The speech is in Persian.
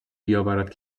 بیاورد